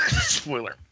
Spoiler